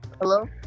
hello